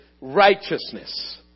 righteousness